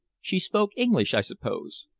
she spoke english, i suppose?